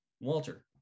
Walter